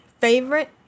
favorite